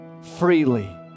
freely